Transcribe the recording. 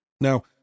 Now